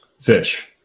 Fish